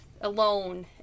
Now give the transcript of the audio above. alone